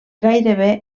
gairebé